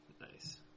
Nice